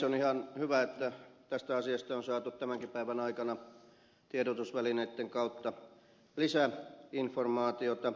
on ihan hyvä että tästä asiasta on saatu tämänkin päivän aikana tiedotusvälineitten kautta lisäinformaatiota